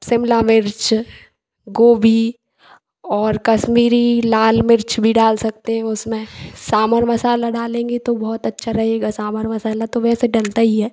शिमला मिर्च गोभी और कश्मीरी लाल मिर्च भी डाल सकते हैं उसमें सांभर मसाला डालेंगे तो बहुत अच्छा रहेगा सांभर मसाला तो वैसे तो डलता ही है